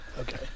Okay